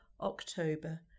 october